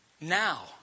now